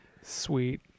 sweet